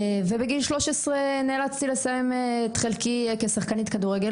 בגיל 13 נאלצתי לסיים את חלקי כשחקנית כדורגל